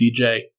DJ